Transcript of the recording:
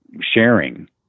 sharing